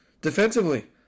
Defensively